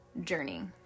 journey